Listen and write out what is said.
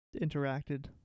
interacted